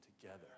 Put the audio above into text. together